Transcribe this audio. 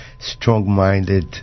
strong-minded